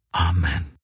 Amen